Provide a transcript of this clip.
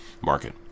market